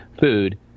food